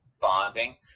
bonding